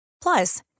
Plus